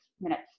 minutes